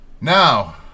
Now